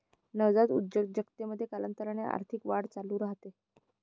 नवजात उद्योजकतेमध्ये, कालांतराने आर्थिक वाढ चालू राहते